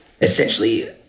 essentially